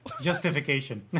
Justification